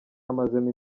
amazemo